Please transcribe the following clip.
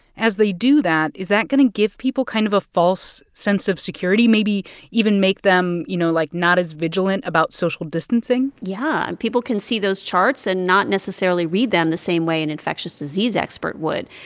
as they do that, is that going to give people kind of a false sense of security, maybe even make them, you know, like, not as vigilant about social distancing? yeah. and people can see those charts and not necessarily read them the same way an infectious disease expert would.